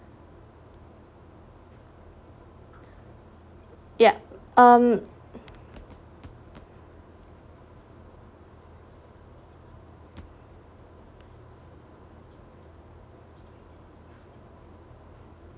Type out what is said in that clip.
yup um